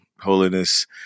Holiness